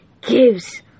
gives